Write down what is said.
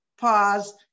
Pause